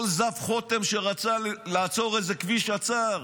כל זב חוטם שרצה לעצור איזה כביש, עצר,